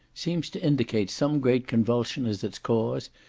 seems to indicate some great convulsion as its cause,